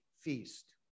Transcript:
feast